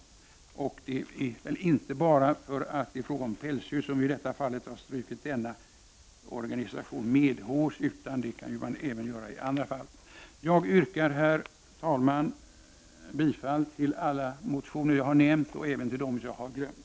Det är inte bara därför att det är fråga om pälsdjur som vi i detta fall har strukit denna organisation medhårs, utan det kan man göra även i andra fall. Herr talman! Jag yrkar bifall till alla motioner och reservationer jag har nämnt och även till dem jag har glömt.